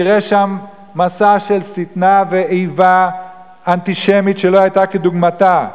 יראה שם מסע של שטנה ואיבה אנטישמית שלא היה כדוגמתו.